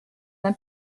d’un